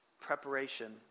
Preparation